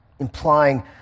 implying